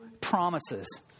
promises